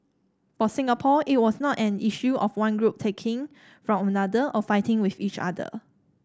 for Singapore it was not an issue of one group taking from another or fighting with each other